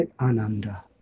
ananda